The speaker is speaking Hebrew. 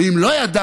ואם לא ידעת,